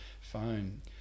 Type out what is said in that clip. phone